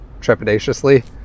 trepidatiously